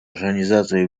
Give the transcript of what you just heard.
организацию